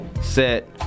set